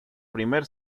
primer